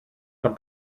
τον